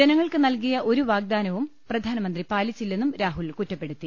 ജന ങ്ങൾക്ക് നൽകിയു ഒരു വാഗ്ദാനവും പ്രധാനമന്ത്രി പാലിച്ചി ല്ലെന്നും രാഹുൽ കുറ്റപ്പെടുത്തി